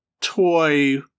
toy